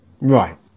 Right